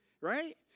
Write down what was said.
right